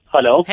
Hello